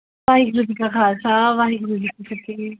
ਵਾਹਿਗੁਰੂ ਜੀ ਕਾ ਖਾਲਸਾ ਵਾਹਿਗੁਰੂ ਜੀ ਕੀ ਫਤਿਹ